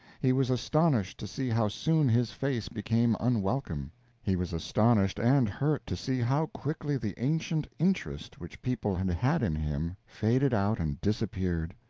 he was astonished to see how soon his face became unwelcome he was astonished and hurt to see how quickly the ancient interest which people had had in him faded out and disappeared.